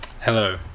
Hello